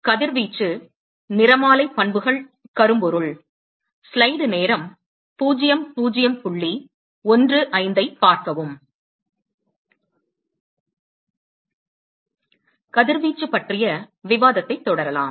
கதிர்வீச்சு நிறமாலை பண்புகள் கரும்பொருள் கதிர்வீச்சு பற்றிய விவாதத்தைத் தொடரலாம்